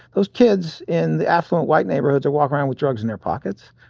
those kids in the affluent white neighborhoods are walking around with drugs in their pockets.